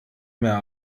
mehr